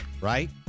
right